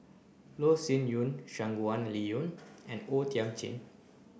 Loh Sin Yun Shangguan Liuyun and O Thiam Chin